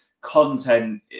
content